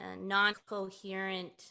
non-coherent